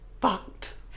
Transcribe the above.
fucked